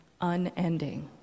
unending